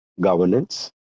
governance